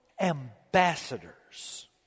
ambassadors